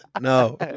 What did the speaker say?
No